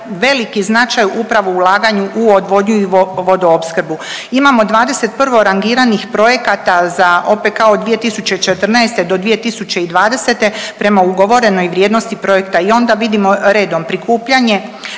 veliki značaj upravo ulaganju u odvodnju i vodoopskrbu. Imamo 21. rangiranih projekata za OPKK 2014.-2020. prema ugovorenoj vrijednosti projekta i onda vidimo redom, prikupljanje,